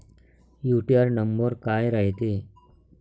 UTR number काय रायते?